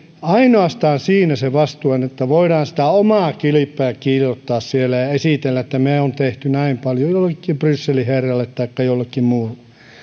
ainoastaan siinä se vastuu on että voidaan sitä omaa kilpeä kiillottaa siellä ja esitellä että me olemme tehneet näin paljon jollekin brysselin herralle taikka jollekin muulle